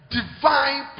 divine